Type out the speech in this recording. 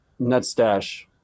Nutstash